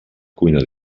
cuina